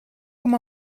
com